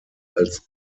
als